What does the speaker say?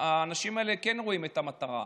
האנשים האלה כן רואים את המטרה,